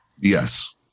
Yes